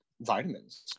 vitamins